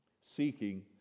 Seeking